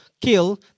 kill